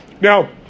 Now